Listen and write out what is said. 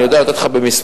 אני יודע לתת לך במספרים,